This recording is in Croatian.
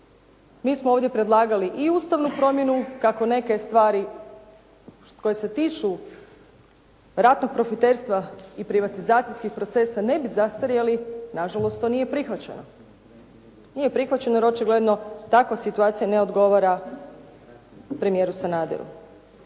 Mi smo ovdje predlagali i ustavnu promjenu kako neke stvari koje se tiču ratnog profiterstva i privatizacijskih procesa ne bi zastarjeli. Na žalost, to nije prihvaćeno. Nije prihvaćeno jer očigledno takva situacija ne odgovara premijeru Sanaderu.